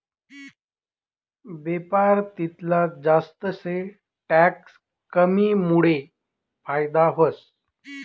बेपार तितला जास्त शे टैक्स कमीमुडे फायदा व्हस